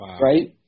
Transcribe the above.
right